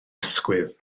ysgwydd